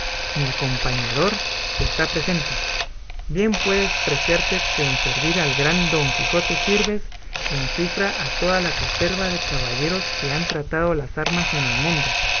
mi acompañador que está presente bien puedes preciarte que en servir al gran don quijote sirves en cifra a toda la caterva de caballeros que han tratado las armas en el mundo